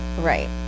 right